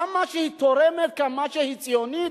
כמה היא תורמת, כמה היא ציונית,